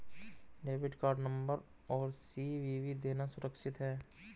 Debit card number और CVV देना सुरक्षित है?